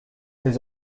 his